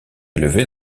élevés